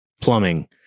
plumbing